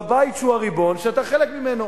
בבית שהוא הריבון, שאתה חלק ממנו.